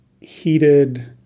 heated